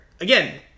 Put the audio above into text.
again